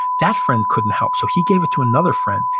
that friend couldn't help, so he gave it to another friend,